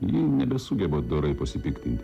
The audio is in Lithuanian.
ji nebesugeba dorai pasipiktinti